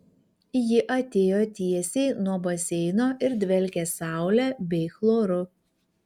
ji atėjo tiesiai nuo baseino ir dvelkė saule bei chloru